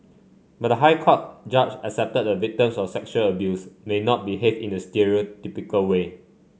but the High Court judge accepted the victims of sexual abuse may not behave in a stereotypical way